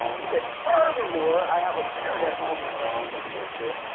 he said furthermore, i have a parent at home who's suffering from dementia.